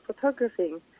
photographing